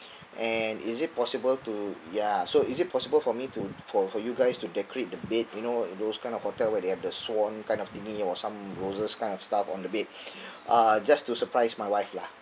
and is it possible to ya so is it possible for me to for for you guys to decorate the bed you know those kind of hotel where they have the swan kind of thingy or some roses kind of stuff on the bed uh just to surprise my wife lah